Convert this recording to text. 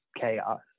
chaos